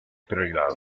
prioridad